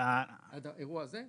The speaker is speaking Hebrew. על האירוע הזה,